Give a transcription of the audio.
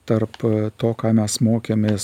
tarp to ką mes mokėmės